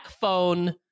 phone